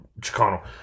Chicano